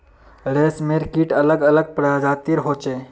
रेशमेर कीट अलग अलग प्रजातिर होचे